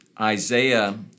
Isaiah